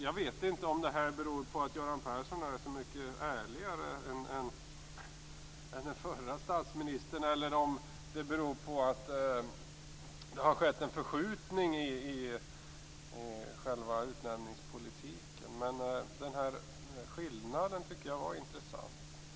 Jag vet inte om det beror på att Göran Persson är så mycket ärligare än den förra statsministern eller om det beror på att det har skett en förskjutning i själva utnämningspolitiken. Men skillnaden är intressant.